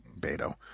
Beto